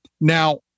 Now